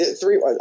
Three